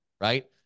right